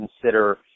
consider